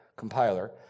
compiler